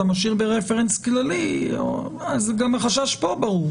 משאיר ברפרנס כללי אז גם החשש הזה ברור.